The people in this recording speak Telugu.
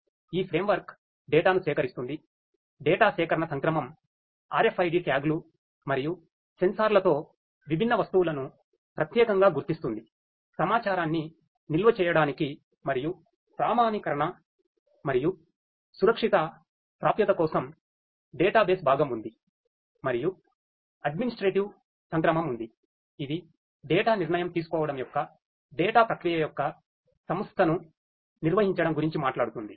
ఈ ఫ్రేమ్వర్క్ డేటా ప్రక్రియ యొక్క సంస్థను నిర్వహించడం గురించి మాట్లాడుతుంధి